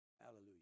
Hallelujah